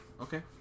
Okay